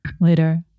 Later